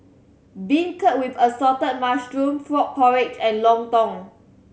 beancurd with assorted mushroom frog porridge and lontong